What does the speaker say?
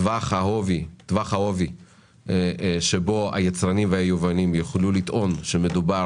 טווח העובי שבו היצרנים והיבואנים יוכלו לטעון שמדובר